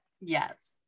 Yes